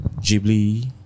Ghibli